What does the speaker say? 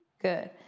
Good